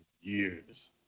years